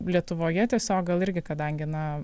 lietuvoje tiesiog gal irgi kadangi na